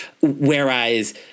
whereas